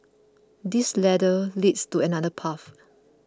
this ladder leads to another path